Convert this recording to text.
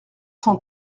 cent